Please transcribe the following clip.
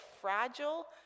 fragile